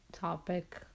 topic